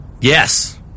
Yes